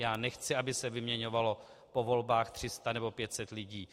Já nechci, aby se vyměňovalo po volbách 300 nebo 500 lidí.